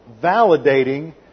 validating